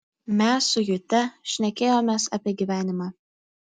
mes su jute šnekėjomės apie gyvenimą